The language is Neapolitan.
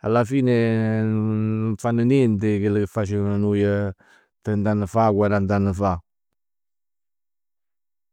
alla fine nun fanno niente 'e chell ca facevm nuje trent'anni fa, quarant'anni fa.